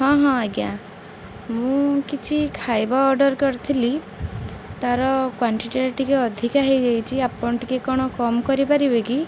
ହଁ ହଁ ଆଜ୍ଞା ମୁଁ କିଛି ଖାଇବା ଅର୍ଡ଼ର କରିଥିଲି ତାର କ୍ଵାଣ୍ଟିଟିଟା ଟିକେ ଅଧିକା ହେଇଯାଇଛି ଆପଣ ଟିକେ କ'ଣ କମ୍ କରିପାରିବେ କି